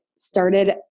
started